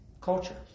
culture